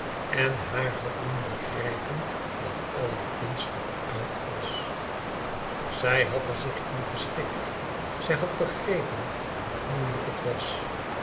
en haar had doen begrijpen dat alle vriendschap uit was e ids aargang ij had er zich in geschikt zij had begrepen hoe moeilijk het was